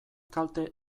kalte